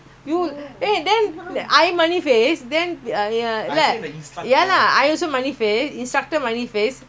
everybody need earning what no earning how to survive especially the most important thing in the household ah you must pay your bills